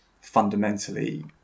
fundamentally